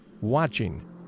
watching